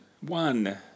One